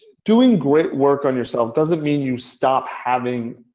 doing great work on yourself doesn't mean you stop having